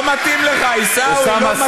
לא מתאים לך, עיסאווי, לא מתאים לך.